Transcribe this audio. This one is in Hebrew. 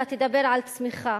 אתה תדבר על צמיחה.